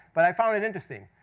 but i found it interesting.